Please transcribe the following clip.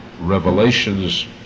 revelations